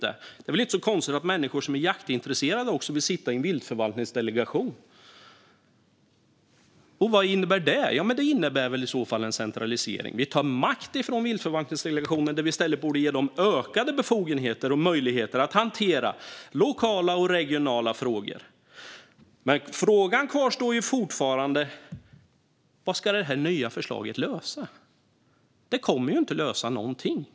Det är väl inte så konstigt att människor som är jaktintresserade också vill sitta i en viltförvaltningsdelegation. Och vad innebär det? Jo, det innebär väl i så fall en centralisering när vi tar makt från viltförvaltningsdelegationerna där vi i stället borde ge dem ökade befogenheter och möjligheter att hantera lokala och regionala frågor. Men frågan kvarstår fortfarande: Vad ska det nya förslaget lösa? Det kommer inte att lösa någonting.